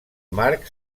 marc